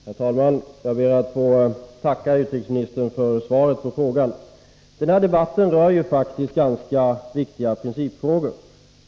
Herr talman! Jag ber att få tacka utrikesministern för svaret på frågan. Den här debatten rör faktiskt ganska viktiga principfrågor.